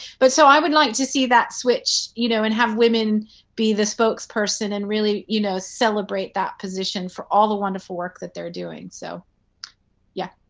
but so i would like to see that switched you know and have women be the spokesperson and you know celebrate that position for all the wonderful work that they are doing. so yeah.